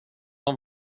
dem